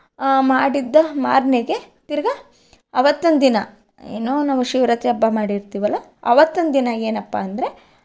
ಮಾಡಿದ್ದ ಮರನೆಗೆ ತಿರುಗಾ ಅವತ್ತು ಒಂದು ದಿನ ಏನೋ ನಾವು ಶಿವರಾತ್ರಿ ಹಬ್ಬ ಮಾಡಿರ್ತೀವಲ್ಲ ಅವತ್ತೊಂದು ದಿನ ಏನಪ್ಪ ಅಂದರೆ